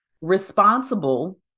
responsible